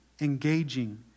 engaging